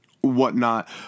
whatnot